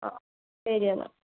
ആ ശരിയെന്നാൽ